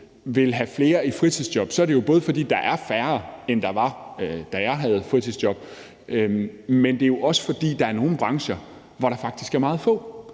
vil have flere i fritidsjob, er det jo både, fordi der er færre, end der var, da jeg havde fritidsjob, men det er også, fordi der er nogle brancher, hvor der faktisk er meget få,